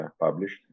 published